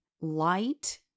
light